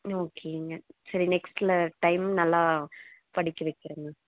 ஓகேங்க சரி நெக்ஸ்ட்ல டைம் நல்லா படிக்க வைக்கிறேங்க